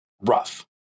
rough